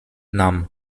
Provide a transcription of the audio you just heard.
nam